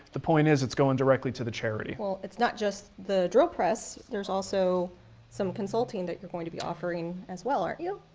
the point is it's goin' directly to the charity. well, it's not just the drill press, there's also some consulting that you're going to be offering as well, aren't you?